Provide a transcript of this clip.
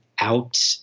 out